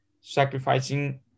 sacrificing